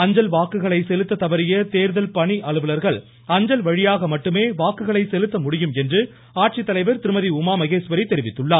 அஞ்சல் வாக்குகளை செலுத்த தவறிய தேர்தல் பணி அலுவலா்கள் அஞ்சல் வழியாக மட்டுமே வாக்குகளை செலுத்த முடியும் என தெரிவித்துள்ளார்